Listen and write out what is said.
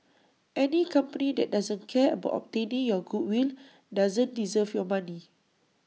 any company that doesn't care about obtaining your goodwill doesn't deserve your money